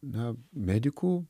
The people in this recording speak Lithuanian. na medikų